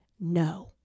No